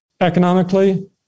economically